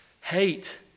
Hate